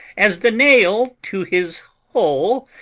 as the nail to his hole,